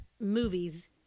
movies